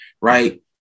right